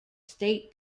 state